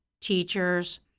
teachers